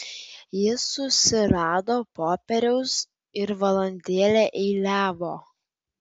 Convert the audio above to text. jis susirado popieriaus ir valandėlę eiliavo